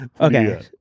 Okay